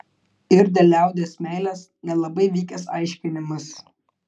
ir dėl liaudies meilės nelabai vykęs aiškinimas